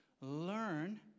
Learn